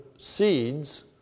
Seeds